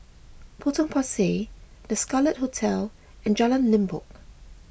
Potong Pasir the Scarlet Hotel and Jalan Limbok